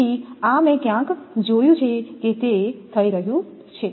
તેથી આ મેં ક્યાંક જોયું છે કે તે થઈ રહ્યું છે